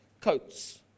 coats